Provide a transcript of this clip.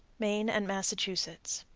maine and massachusetts.